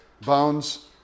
bones